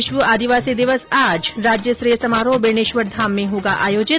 विश्व आदिवासी दिवस आज राज्यस्तरीय समारोह बेणेश्वर धाम में होगा आयोजित